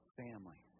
family